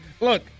Look